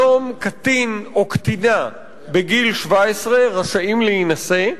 היום קטין או קטינה בגיל 17 רשאים להינשא.